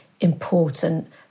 important